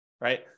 right